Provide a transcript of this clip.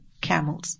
Camels